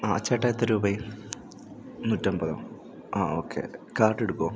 ആ ചേട്ടാ എത്ര രൂപയായി നൂറ്റമ്പതോ ആ ഓക്കേ കാർഡ് എടുക്കുമോ